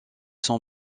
sont